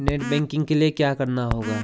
Net banking के लिए क्या करना होगा?